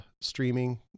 streaming